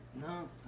No